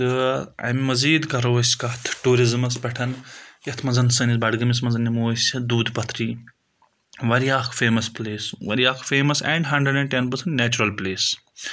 تہٕ اَمہِ مٔزیٖد کَرو أسۍ کَتھ ٹوٗرِزٕمَس پؠٹھ یَتھ منٛز سٲنِس بَڑگٲمِس منٛز نِمو أسۍ دوٗد پَتھری واریاہ اکھ فیمَس پٕلیس واریاہ اکھ famous and hundred and ten پٲٹھۍ نیچرَل پٕلیس